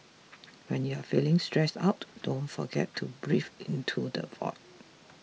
when you are feeling stressed out don't forget to into the void